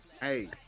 hey